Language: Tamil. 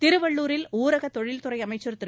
திருவள்ளூரில் ஊரகத் தொழில்துறை அமைச்சர் திரு